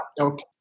Okay